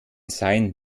sein